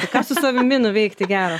ką su savimi nuveikti gero